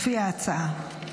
לפי ההצעה.